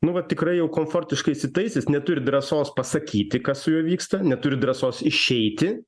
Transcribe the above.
nu vat tikrai jau komfortiškai įsitaisęs neturi drąsos pasakyti kas su juo vyksta neturi drąsos išeiti